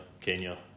Kenya